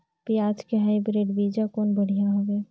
पियाज के हाईब्रिड बीजा कौन बढ़िया हवय?